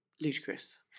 Ludicrous